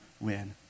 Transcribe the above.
win